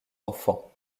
enfant